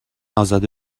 ازاده